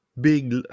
big